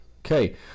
Okay